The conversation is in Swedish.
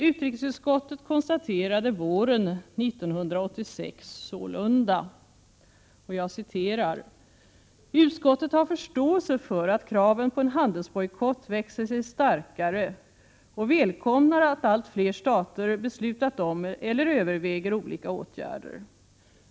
Utrikesutskottet konstaterade våren 1986 sålunda: ”Utskottet har förståelse för att kraven på en handelsbojkott växer sig starkare och välkomnar att allt fler stater beslutat om eller överväger olika åtgärder.